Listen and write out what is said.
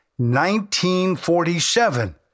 1947